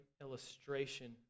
illustration